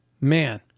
Man